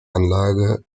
anlage